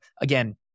Again